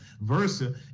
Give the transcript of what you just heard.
versa